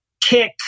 kick